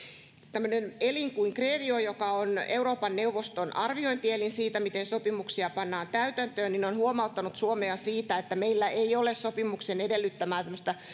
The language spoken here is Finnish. tämmöinen elin kuin grevio joka on euroopan neuvoston arviointielin siitä miten sopimuksia pannaan täytäntöön on huomauttanut suomea siitä että meillä ei ole sopimuksen edellyttämää